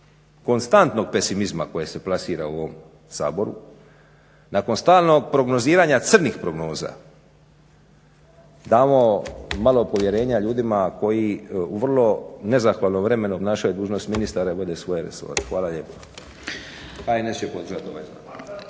konstantnog pesimizma koje se plasira u ovom Saboru, nakon stalnog prognoziranja crnih prognoza damo malo povjerenja ljudima koji u vrlo nezahvalnom vremenu obnašaju dužnost ministara i vode svoje resore. Hvala lijepa.